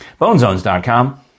Bonezones.com